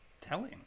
telling